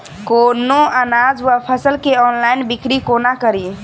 कोनों अनाज वा फसल केँ ऑनलाइन बिक्री कोना कड़ी?